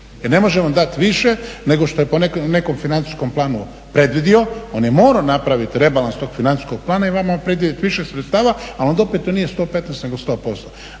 jer ne može vam dati više, nego što je po nekom financijskom planu predvidio, on je morao napraviti rebalans tog financijskog plana i vama … više sredstava, a onda opet to nije 115, nego 100%.Dakle,